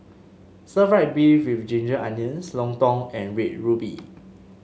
Stir Fried Beef with Ginger Onions Lontong and Red Ruby